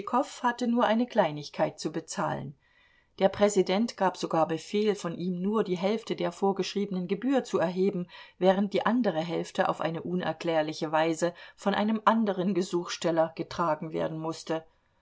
hatte nur eine kleinigkeit zu bezahlen der präsident gab sogar befehl von ihm nur die hälfte der vorgeschriebenen gebühr zu erheben während die andere hälfte auf eine unerklärliche weise von einem anderen gesuchsteller getragen werden mußte